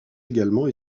également